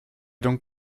donc